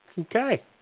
Okay